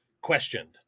questioned